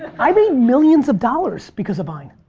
i made millions of dollars because of vine.